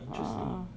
ah